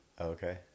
okay